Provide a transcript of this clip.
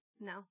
No